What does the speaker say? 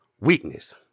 weakness